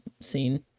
scene